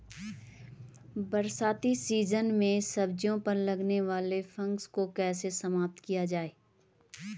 बरसाती सीजन में सब्जियों पर लगने वाले फंगस को कैसे समाप्त किया जाए?